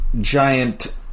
giant